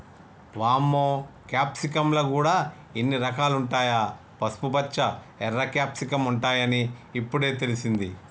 వామ్మో క్యాప్సికమ్ ల గూడా ఇన్ని రకాలుంటాయా, పసుపుపచ్చ, ఎర్ర క్యాప్సికమ్ ఉంటాయని ఇప్పుడే తెలిసింది